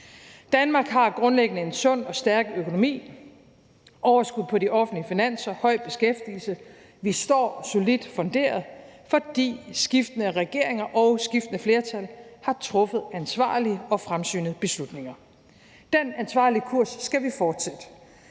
Danmark har grundlæggende en sund og stærk økonomi. Der er overskud på de offentlige finanser og høj beskæftigelse. Vi står solidt funderet, fordi skiftende regeringer og skiftende flertal har truffet ansvarlige og fremsynede beslutninger. Den ansvarlige kurs skal vi fortsætte,